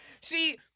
See